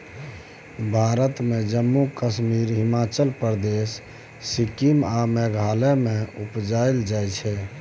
भारत मे जम्मु कश्मीर, हिमाचल प्रदेश, सिक्किम आ मेघालय मे उपजाएल जाइ छै